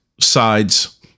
sides